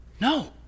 No